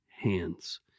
hands